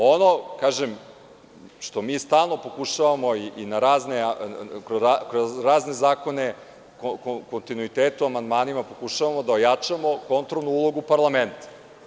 Ono što mi stalno pokušavamo kroz razne zakone, kontinuitetom amandmanima, pokušavamo da ojačamo kontrolnu ulogu parlamenta.